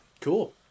Cool